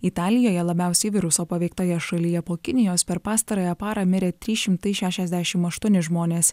italijoje labiausiai viruso paveiktoje šalyje po kinijos per pastarąją parą mirė trys šimtai šešiasdešim aštuoni žmonės